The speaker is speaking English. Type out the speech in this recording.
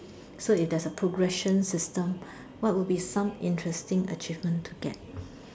so if there's a progression system what would be some interesting achievement to get